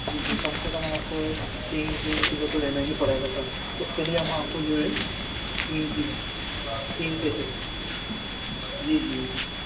جی جی کم سے کم آپ کو تین کے کلو تو لینا ہی پڑے گا سر اس کے لیے ہم آپ کو جو ہے تین کلو تین کے جی جی جی